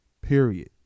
Period